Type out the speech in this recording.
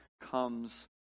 comes